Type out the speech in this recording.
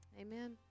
Amen